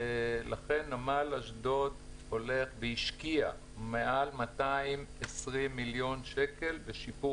ולכן נמל אשדוד השקיע מעל 220 מיליון שקל בשיפור